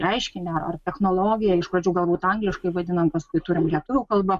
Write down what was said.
reiškinį ar technologiją iš pradžių galbūt angliškai vadinam paskui turim lietuvių kalba